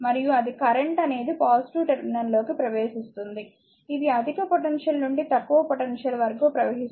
మరియు అది కరెంట్ అనేది పాజిటివ్ టెర్మినల్ లోకి ప్రవేశిస్తుంది ఇది అధిక పొటెన్షియల్ నుండి తక్కువ పొటెన్షియల్ వరకు ప్రవహిస్తుంది